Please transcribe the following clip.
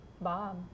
Bob